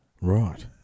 Right